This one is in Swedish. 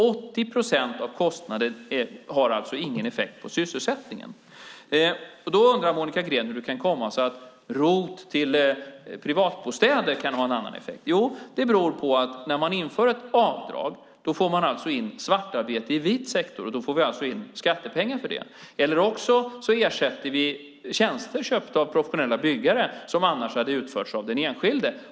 80 procent av kostnaden har alltså ingen effekt på sysselsättningen. Då undrar Monica Green hur det kan komma sig att ROT till privatbostäder kan ha en annan effekt. Det beror på att när man inför ett avdrag får man in svartarbete i vit sektor. Då får vi alltså in skattepengar. Det kan också vara så att vi med tjänster köpta av professionella byggare ersätter sådant som annars skulle ha utförts av den enskilde.